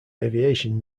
aviation